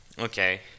okay